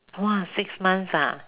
!wah! six months ah